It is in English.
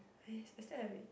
I still have it